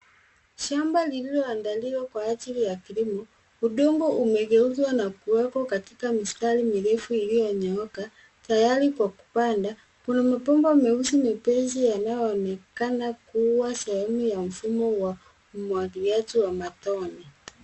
Shamba lililoandaliwa kwa ajili ya kilimo. Udongo umegeuzwa na kuwekwa katika mistari mirefu, iliyonyooka tayari kwa kupanda. Kuna mabomba meusi mepesi, yanayoonekana kuwa sehemu ya mfumo wa umwagiliaji wa matone.